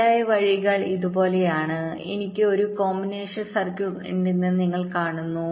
തെറ്റായ വഴികൾ ഇതുപോലെയാണ് എനിക്ക് ഒരു കോമ്പിനേഷൻ സർക്യൂട്ട് ഉണ്ടെന്ന് നിങ്ങൾ കാണുന്നു